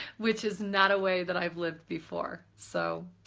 which is not a way that i've lived before. so,